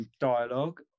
dialogue